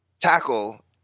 tackle